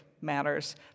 matters